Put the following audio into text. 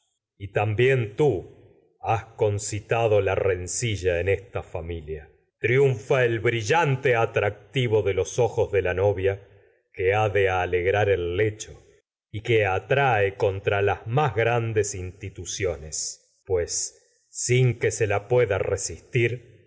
sófocles también triunfa tú el has concitado la rencilla de en esta familia brillante atractivo los ojos de la novia que ha de alegrar el lecho instituciones pues y que atrae contra se las más grandes tir sin que la pueda resis